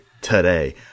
today